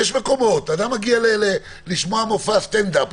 אדם מגיע לשמוע מופע סטנד-אפ,